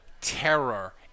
terror